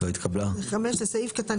להקפיא זה קשור לחוק.